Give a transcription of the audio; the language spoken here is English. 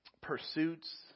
pursuits